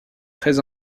très